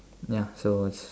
ya so it's